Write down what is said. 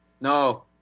No